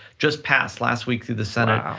just passed last week through the senate,